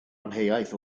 amheuaeth